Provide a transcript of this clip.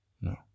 No